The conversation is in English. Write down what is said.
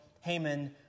Haman